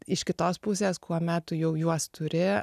iš kitos pusės kuomet tu jau juos turi